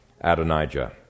Adonijah